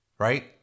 Right